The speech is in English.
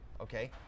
okay